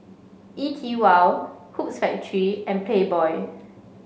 E TWOW Hoops Factory and Playboy